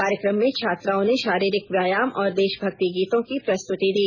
कार्यक्रम में छात्राओं ने शारीरिक व्यायाम और देशभक्ति गीतों की प्रस्तुति दी